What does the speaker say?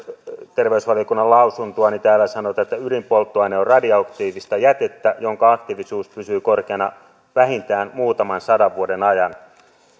terveysvaliokunnan lausuntoa niin täällä sanotaan että ydinpolttoaine on radioaktiivista jätettä jonka aktiivisuus pysyy korkeana vähintään muutaman sadan vuoden ajan